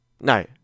No